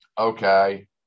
okay